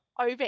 over